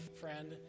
friend